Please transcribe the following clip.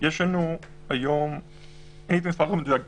יש מצבים שבמובהק לא ניתן לשחרר ואז